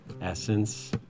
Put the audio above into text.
essence